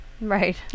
right